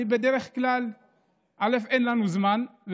בדרך כלל אין לנו זמן,